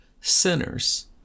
sinners